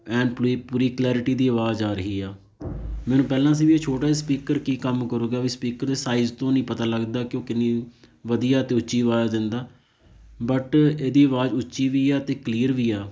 ਐਨ ਪੂਰੀ ਪੂਰੀ ਕਲੈਰਟੀ ਦੀ ਆਵਾਜ਼ ਆ ਰਹੀ ਆ ਮੈਨੂੰ ਪਹਿਲਾਂ ਸੀ ਵੀ ਇਹ ਛੋਟਾ ਜਿਹਾ ਸਪੀਕਰ ਕੀ ਕੰਮ ਕਰੂਗਾ ਵੀ ਸਪੀਕਰ ਦੇ ਸਾਈਜ਼ ਤੋਂ ਨਹੀਂ ਪਤਾ ਲੱਗਦਾ ਕਿ ਉਹ ਕਿੰਨੀ ਵਧੀਆ ਅਤੇ ਉੱਚੀ ਆਵਾਜ਼ ਦਿੰਦਾ ਬਟ ਇਹਦੀ ਆਵਾਜ਼ ਉੱਚੀ ਵੀ ਆ ਅਤੇ ਕਲੀਅਰ ਵੀ ਆ